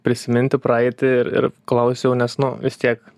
prisiminti praeitį ir klausiau nes nu vis tiek